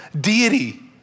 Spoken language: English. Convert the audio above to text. deity